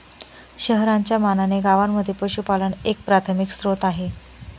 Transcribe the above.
शहरांच्या मानाने गावांमध्ये पशुपालन एक प्राथमिक स्त्रोत आहे